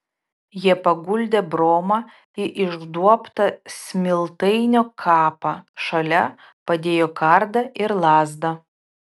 jie paguldė bromą į išduobtą smiltainio kapą šalia padėjo kardą ir lazdą